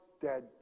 dead